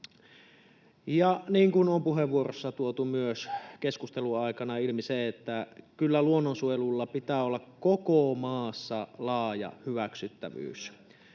Ja niin kuin on puheenvuoroissa myös tuotu keskustelun aikana ilmi, kyllä luonnonsuojelulla pitää olla koko maassa laaja hyväksyttävyys.